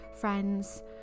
friends